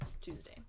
Tuesday